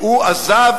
שהוא עזב